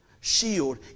shield